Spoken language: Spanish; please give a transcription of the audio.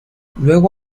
luego